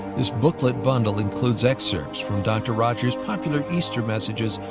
this booklet bundle includes excerpts from dr. rogers' popular easter messages,